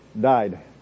died